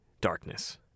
darkness